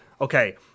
okay